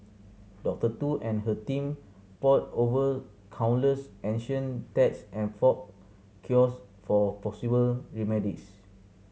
Doctor Tu and her team pored over countless ancient texts and folk cures for possible remedies